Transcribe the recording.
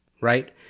right